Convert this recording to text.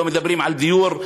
לא מדברים על דיור,